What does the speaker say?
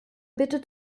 bitte